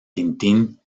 tintín